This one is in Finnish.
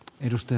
edustin